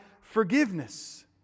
forgiveness